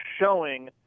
showing